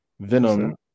Venom